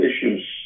issues